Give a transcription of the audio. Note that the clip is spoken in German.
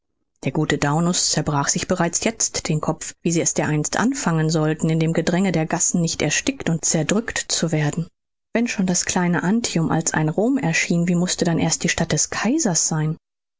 der gute daunus zerbrach sich bereits jetzt den kopf wie sie es dereinst anfangen sollten in dem gedränge der gassen nicht erstickt und zerdrückt zu werden wenn schon das kleine antium als ein rom erschien wie mußte dann erst die stadt des kaisers sein